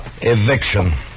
Eviction